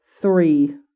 three